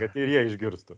kad ir jie išgirstų